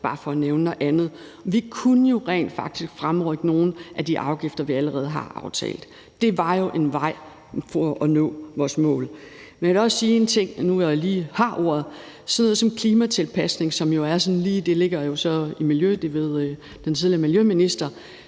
bare for at nævne noget andet. Vi kunne jo rent faktisk fremrykke nogle af de afgifter, vi allerede har aftalt. Det kunne jo være en vej til at nå vores mål. Jeg vil også sige en ting nu, hvor jeg lige har ordet. Sådan noget som klimatilpasning – det ligger jo så på miljøområdet;